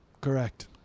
Correct